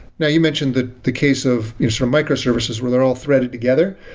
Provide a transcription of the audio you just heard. now you mentioned the the case of microservices where they're all threaded together,